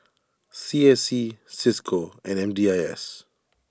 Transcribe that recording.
C S C Cisco and M D I S